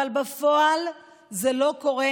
אבל בפועל זה לא קורה,